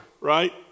right